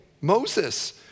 Moses